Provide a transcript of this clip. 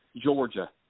Georgia